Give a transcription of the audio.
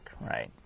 right